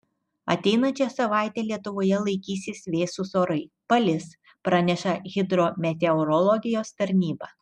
ateinančią savaitę lietuvoje laikysis vėsūs orai palis praneša hidrometeorologijos tarnyba